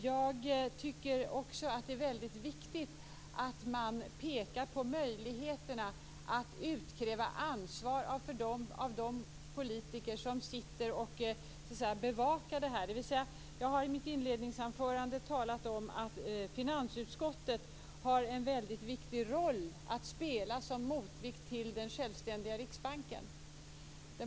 Jag tycker också att det är väldigt viktigt att man pekar på möjligheterna att utkräva ansvar av de politiker som bevakar detta. I mitt inledningsanförande sade jag att finansutskottet har en väldigt viktig roll att spela som motvikt till den självständiga Riksbanken.